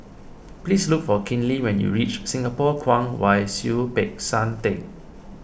please look for Kinley when you reach Singapore Kwong Wai Siew Peck San theng